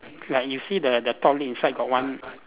like you see the the top lid inside got one